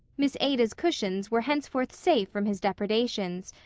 miss ada's cushions were henceforth safe from his depredations,